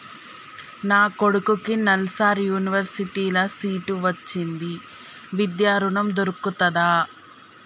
నా కొడుకుకి నల్సార్ యూనివర్సిటీ ల సీట్ వచ్చింది విద్య ఋణం దొర్కుతదా?